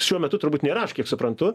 šiuo metu turbūt nėra aš kiek suprantu